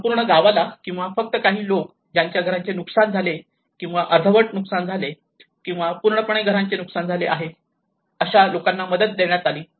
संपूर्ण गावाला किंवा फक्त काही लोक ज्यांच्या घरांचे नुकसान झाले किंवा अर्धवट नुकसान झाले आहे किंवा पूर्णपणे घरांचे नुकसान झाले आहे अशा लोकांना मदत देण्यात आली